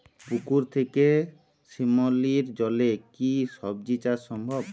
পুকুর থেকে শিমলির জলে কি সবজি চাষ সম্ভব?